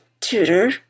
tutor